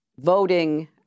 voting